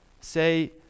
say